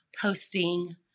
posting